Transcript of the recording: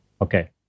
Okay